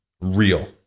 real